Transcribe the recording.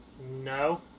No